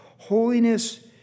Holiness